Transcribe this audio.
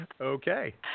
Okay